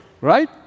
right